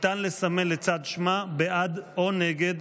ניתן לסמן לצד שמה בעד או נגד,